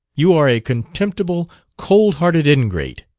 you are a contemptible, cold-hearted ingrate.